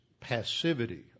passivity